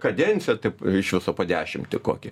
kadenciją taip iš viso po dešimtį kokį